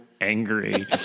angry